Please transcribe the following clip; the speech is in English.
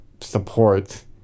support